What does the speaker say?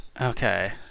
Okay